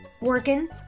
working